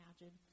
imagine